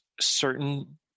certain